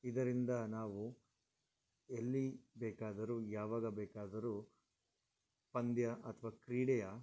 ಇದರಿಂದ ನಾವು ಎಲ್ಲಿ ಬೇಕಾದರು ಯಾವಾಗ ಬೇಕಾದರು ಪಂದ್ಯ ಅಥವಾ ಕ್ರೀಡೆಯ